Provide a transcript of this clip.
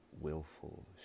willful